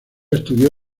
estudió